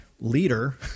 leader